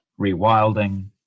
rewilding